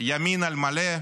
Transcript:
ימין על מלא,